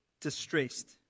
distressed